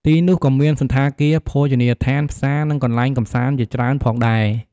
ទីនោះក៏មានសណ្ឋាគារ ភោជនីយដ្ឋាន ផ្សារ និងកន្លែងកម្សាន្តជាច្រើនផងដែរ។